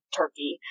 turkey